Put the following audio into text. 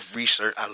research